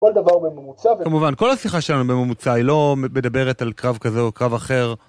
כל דבר בממוצע. כמובן, כל השיחה שלנו בממוצע היא לא מדברת על קרב כזה או קרב אחר.